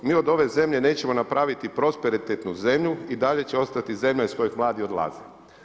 Mi od ove zemlje nećemo napraviti prosperitetnu zemlju i dalje će ostati zemlja iz koje mladi odlaze.